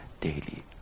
daily